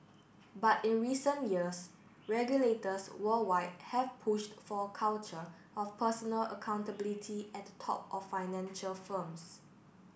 but in recent years regulators worldwide have pushed for a culture of personal accountability at the top of financial firms